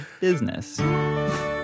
business